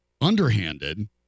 underhanded